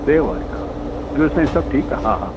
सेवा आहे हा ॿियों साईं सभु ठीकु